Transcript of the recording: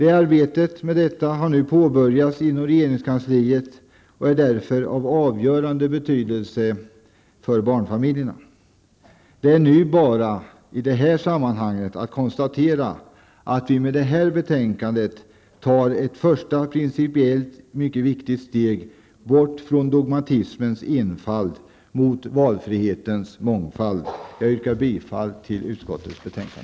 Arbetet med detta har nu påbörjats inom regeringskansliet och är därför av avgörande betydelse för barnfamiljerna. Det är i detta sammanhang bara att konstatera att vi med det här betänkandet tar ett första och principiellt mycket viktigt steg bort från dogmatismens enfald mot valfrihetens mångfald. Jag yrkar bifall till utskottets hemställan.